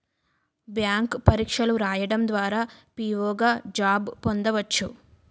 bank పరీక్షలు రాయడం ద్వారా పిఓ గా జాబ్ పొందవచ్చు